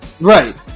right